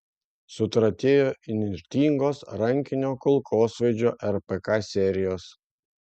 sutratėjo įnirtingos rankinio kulkosvaidžio rpk serijos